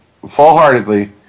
full-heartedly